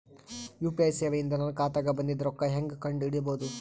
UPI ಸೇವೆ ಇಂದ ನನ್ನ ಖಾತಾಗ ಬಂದಿದ್ದ ರೊಕ್ಕ ಹೆಂಗ್ ಕಂಡ ಹಿಡಿಸಬಹುದು?